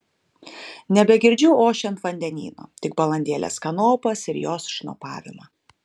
nebegirdžiu ošiant vandenyno tik balandėlės kanopas ir jos šnopavimą